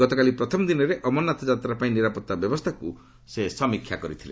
ଗତକାଲି ପ୍ରଥମ ଦିନରେ ଅମରନାଥ ଯାତ୍ରା ପାଇଁ ନିରାପତ୍ତା ବ୍ୟବସ୍ଥାକୁ ସେ ସମୀକ୍ଷା କରିଥିଲେ